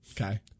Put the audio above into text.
Okay